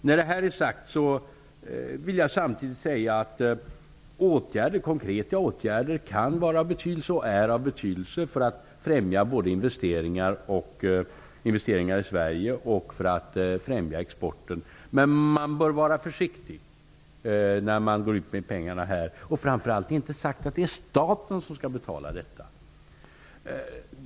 När detta är sagt vill jag samtidigt tillägga att konkreta åtgärder kan vara och är av betydelse både för att främja investeringar i Sverige och för att främja exporten. Men man bör vara försiktig när man satsar pengarna, och framför allt är det inte sagt att det är staten som skall betala detta.